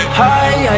high